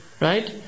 right